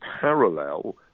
parallel